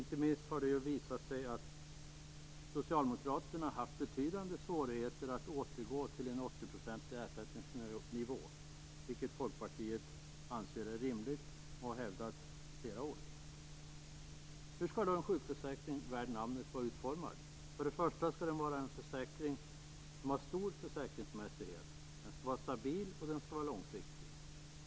Inte minst har det visat sig att Socialdemokraterna har haft betydande svårigheter att återgå till en 80 procentig ersättningsnivå, vilket Folkpartiet anser är rimligt och har hävdat i flera år. Hur skall då en sjukförsäkring värd namnet vara utformad? För det första skall det vara en försäkring som har stor försäkringsmässighet. Den skall vara stabil och långsiktig.